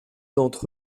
d’entre